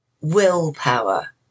Willpower